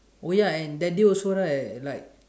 oh ya and that day also right like